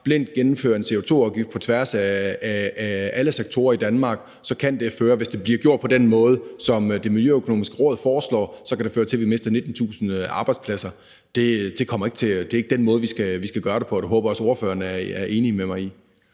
blindt gennemfører en CO2-afgift på tværs af alle sektorer i Danmark, kan det, hvis det bliver gjort på den måde, som Det Miljøøkonomiske Råd foreslår, føre til, at vi mister 19.000 arbejdspladser. Det er ikke den måde, vi skal gøre det på, og det håber jeg også ordføreren er enig med mig i.